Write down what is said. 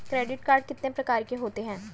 Credit card कितने प्रकार के होते हैं?